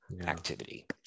activity